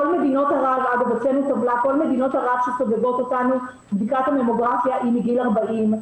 בכל מדינות ערב שסובבות אותנו בדיקת היא מגיל 40,